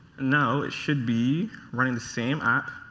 now, it should be running the same app.